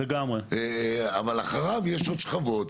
אבל אחריו יש עוד שכבות,